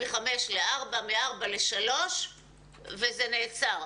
מגיל חמש לארבע ומארבע לשלוש אבל זה נעצר.